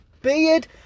beard